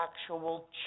actual